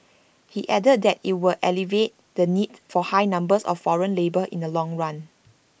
he added that IT will alleviate the need for high numbers of foreign labour in the long run